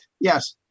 yes